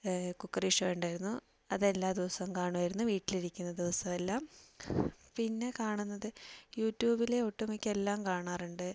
cookery show ഉണ്ടായിരുന്നു അത് എല്ലാ ദിവസവും കാണുമായിരുന്നു വീട്ടിലിരിക്കുന്ന ദിവസമെല്ലാം പിന്നെ കാണുന്നത് യുട്യൂബിലെ ഒട്ടുമിക്ക എല്ലാം കാണാറുണ്ട്